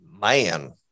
man